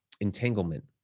entanglement